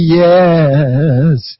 yes